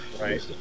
Right